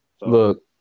Look